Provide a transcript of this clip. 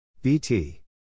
BT